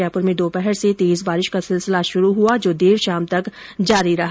जयपुर में दोपहर से तेज बारिश का सिलसिला शुरू हुआ जो देर शाम तक जारी रहा